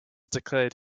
declared